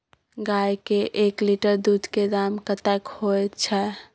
गाय के एक लीटर दूध के दाम कतेक होय छै?